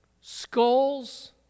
skulls